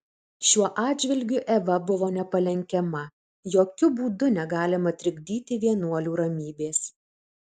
šiuo atžvilgiu eva buvo nepalenkiama jokiu būdu negalima trikdyti vienuolių ramybės